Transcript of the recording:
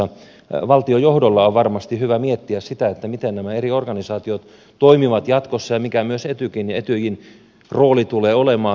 valtion johdolla on varmasti hyvä miettiä sitä miten nämä eri organisaatiot toimivat jatkossa ja mikä myös etykin ja etyjin rooli tulee olemaan